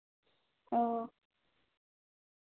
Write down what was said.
ᱚᱸᱻ